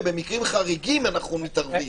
ובמקרים חריגים אנחנו מתערבים.